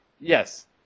Yes